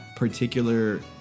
particular